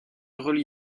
relie